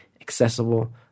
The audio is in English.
accessible